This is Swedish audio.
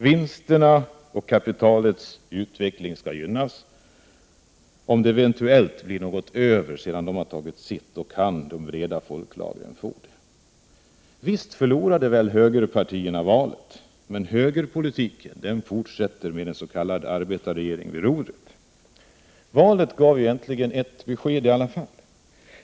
Vinsterna och kapitalets utveckling skall gynnas. Om det eventuellt blir något över sedan de har tagit sitt, kan de breda folklagren få del av det. Visst förlorade väl högerpartierna valet, men högerpolitiken fortsätter med en s.k. arbetarregering vid rodret. Valet gav i alla fall ert besked.